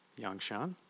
Yangshan